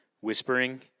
whispering